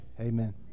Amen